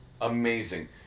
amazing